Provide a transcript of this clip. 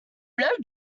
blow